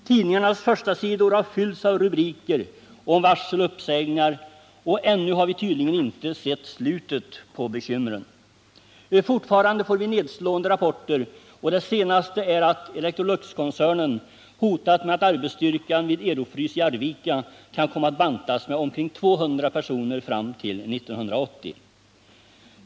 Tidningarnas förstasidor har fyllts av rubriker om varsel och uppsägningar, och ännu har vi tydligen inte sett slutet på bekymren. Fortfarande får vi nedslående rapporter. Det senaste är att Electroluxkoncernen hotat med att arbetsstyrkan vid Ero-Frys ABi Arvika kan komma att bantas med omkring 200 personer fram till 1980.